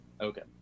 Okay